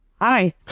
hi